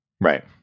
Right